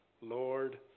Lord